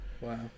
Wow